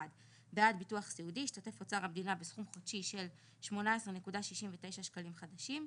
בעד ביטוח סיעודי ישתתף אוצר המדינה בסכום חודשי של 18.69 שקלים חדשים.